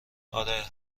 آره